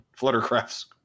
Fluttercraft's